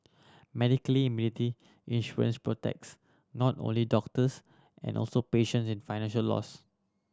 medically indemnity insurance protects not only doctors and also patients in financial loss